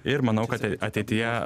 ir manau kad ateityje